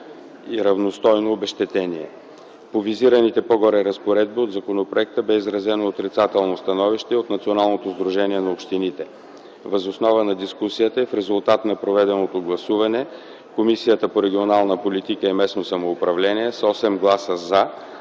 и равностойно обезщетение. По визираните по-горе разпоредби от законопроекта бе изразено отрицателно становище от Националното сдружение на общините. Въз основа на дискусията и в резултат на проведеното гласуване, Комисията по регионална политика и местно самоуправление с 8 гласа –